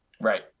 Right